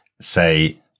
say